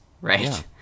right